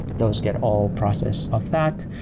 those get all processed of that.